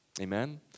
Amen